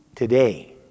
Today